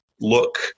look